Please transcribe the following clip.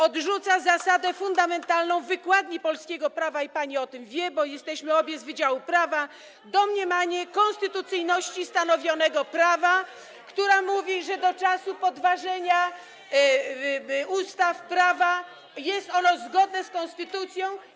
Odrzuca fundamentalną zasadę wykładni polskiego prawa - i pani o tym wie, bo jesteśmy obie z wydziału prawa - domniemanie konstytucyjności stanowionego prawa, która mówi, że do czasu podważenia ustaw, prawa, jest ono zgodne z konstytucją.